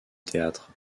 théâtre